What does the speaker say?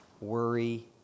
worry